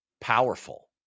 powerful